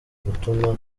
gutuma